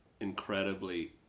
incredibly